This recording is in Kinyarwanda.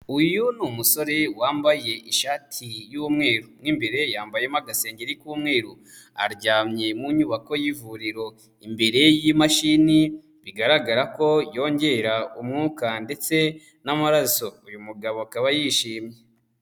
Uyu ni umusore wambaye ishati y'umweru, mu imbere yambayemo agasengenge k'umweru, aryamye mu nyubako y'ivuriro imbere y'imashini bigaragara ko yongera umwuka ndetse n'amaraso, uyu mugabo akaba yishimye.